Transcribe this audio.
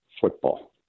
Football